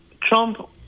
Trump